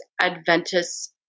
Adventist